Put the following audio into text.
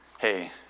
hey